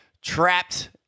trapped